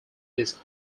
this